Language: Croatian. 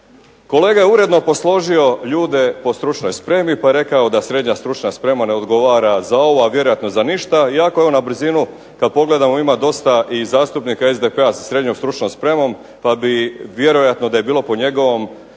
Kolega je uredno posložio ljude po stručnoj spremi pa je rekao da srednja stručna sprema ne odgovara za ovo, a vjerojatno za ništa iako je on na brzinu, kad pogledamo ima dosta i zastupnika SDP-a sa srednjom stručnom spremom pa bi vjerojatno da je bilo po njegovom